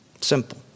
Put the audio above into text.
Simple